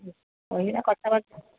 କଥାବାର୍ତ୍ତା